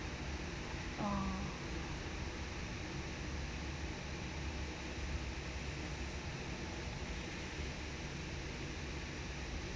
oh